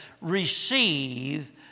Receive